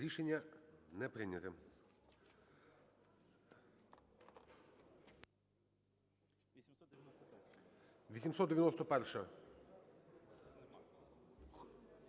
Рішення не прийнято.